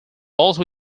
also